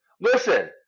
Listen